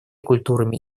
культурами